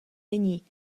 není